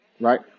Right